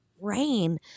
rain